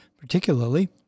particularly